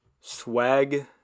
Swag